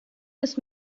las